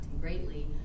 greatly